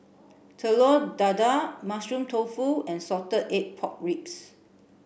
Telur Dadah Mushroom Tofu and Salted Egg Pork Ribs